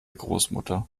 großmutter